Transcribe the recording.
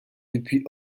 depuis